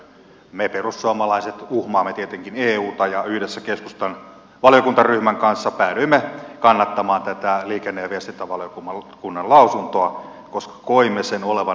me perussuomalaiset uhmaamme tietenkin euta ja yhdessä keskustan valiokuntaryhmän kanssa päädyimme kannattamaan tätä liikenne ja viestintävaliokunnan lausuntoa koska koimme sen olevan aivan riittävä